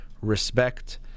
respect